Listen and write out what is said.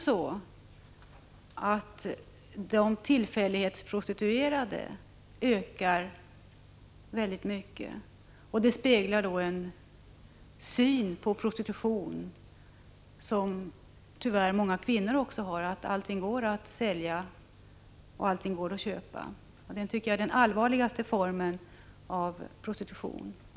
Men antalet tillfällighetsprostituerade ökar också mycket starkt, vilket avspeglar en syn på prostitution som tyvärr också så många kvinnor har — nämligen att allting går att sälja och köpa. Detta tycker jag är den allvarligaste formen av prostitution.